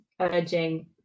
urging